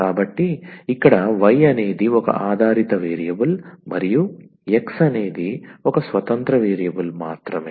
కాబట్టి ఇక్కడ y అనేది ఒక ఆధారిత వేరియబుల్ మరియు x అనేది ఒక స్వతంత్ర వేరియబుల్ మాత్రమే